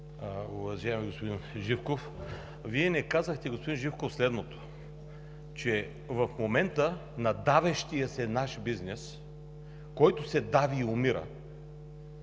уважаеми господин Живков! Вие не казахте, господин Живков, следното – че в момента на давещия се наш бизнес, който се дави и умира,